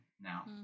now